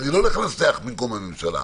ואני לא הולך לנסח במקום הממשלה.